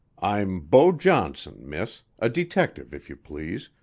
i'm beau johnson, miss, a detective if you please,